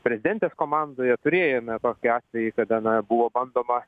prezidentės komandoje turėjome tokį atvejį kada na buvo bandoma